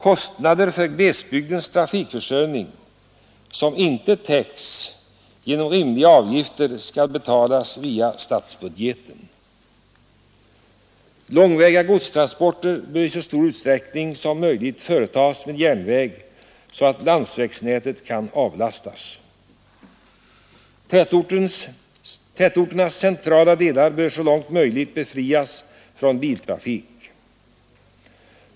Kostnader för glesbygdens trafikförsörjning som inte täcks genom rimliga avgifter skall betalas via statsbudgeten. Långväga godstransporter bör i så stor utsträckning som möjligt företas med järnväg så att landsvägsnätet kan avlastas. Tätorternas centrala delar bör så långt möjligt befrias från biltrafik.